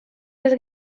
les